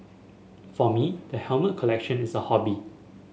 for me the helmet collection is a hobby